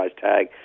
tag